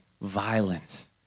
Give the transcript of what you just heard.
violence